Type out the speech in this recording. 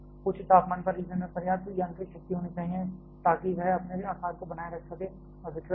उच्च तापमान पर ईंधन में पर्याप्त यांत्रिक शक्ति होनी चाहिए ताकि वह अपने आकार को बनाए रख सके और विकृत न हो